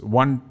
one